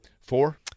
Four